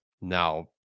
Now